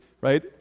right